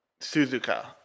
Suzuka